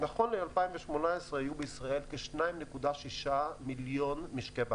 שבאמת התקופה תוארך אם אכן המשבר יימשך,